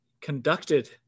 conducted